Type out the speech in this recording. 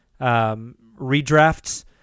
redrafts